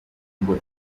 ngo